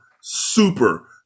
super